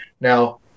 Now